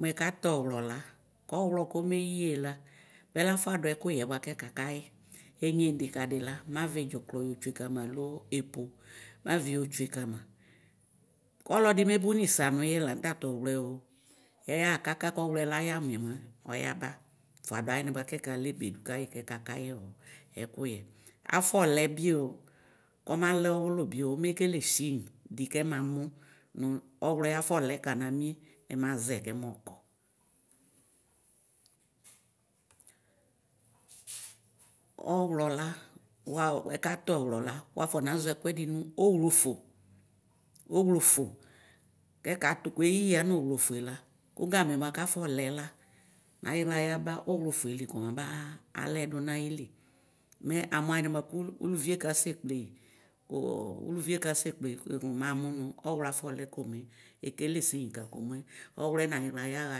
Mʋ ɛkatʋ ɔwlɔ la kɔwlɔ kõ̰̃meyɩyɛ la mɛla fʋadʋ ɛkʋyɛ bʋakʋ ɛkakayɩ enye nidikadɩ lamavɩ dzʋklɔ yotsʋe kama lo epo mavɩ yɔtsʋe kama kɔlɔdɩ mebʋ nɩsanʋ nʋ tatʋ ɔwlɔyɛ o ɛyɩɛ kakʋ ɔwlɛ naya nʋyɛ mɛ ɔyaba fʋadʋ alɛ kɛkalebe du kayɩ kɛkayi ɛkʋyɛ afɔlɛ bio kɔmalɛ ɔwʋlʋ bio ɔmekele siny dɩ kemamʋ nʋ ɔwlɔɛ afɔlɛ kamanu kɛmazɛ ɔkɔ. Ɔwlɔla ɛkatʋ ɔwlɔla wafɔ nazɔ ɛkʋɛdinu ɔwlofo ɔwlɔfõ kʋ ɛkatʋ kʋ eyi yamʋ ɔwlofo ela kʋ gamɛ afɔlɛla ayixla yaba ɔwlɔfolɩ kɔmaba lɛdʋ nayili mɛ amʋ alɛnɛ ʋlʋvie kasekpleyɩ ʋlʋvie kasekpleyɩ mamʋ afɔlɛ kɔmɛ ekele sɩny komɛ ɔwlɔ nayixla yaxa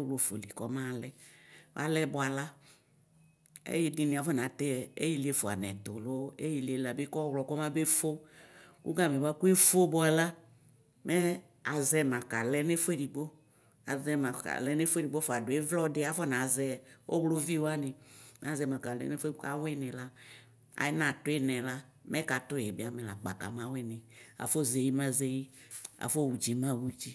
ɔwlɔ folɩ kɔmalɛ alɛ bʋala ɛyi dini akɔ natɛ ɛyɩ ɩlɩefʋa nʋɛtʋ lo ɛyiliela kɔwlɔ kɔmabe fo kʋgamɛ bʋakʋ efʋ bʋala mɛ azɛ ma kalɛ nʋ ɛfʋ edigbo fʋadʋ ɩvlodi afɔnazɛ ɔwlɔvi wanɩ azɛma kalɛ nʋ ɛfʋedigbo ka wini la ayɩnatʋ ɩnɛla mɛ ɛkatʋ yɩ bi amɛla kpa kama wɩnɩ afɔ zɛyɩ mɛ azɛyɩ afɔ wɔdzɩ mawʋdzɩ.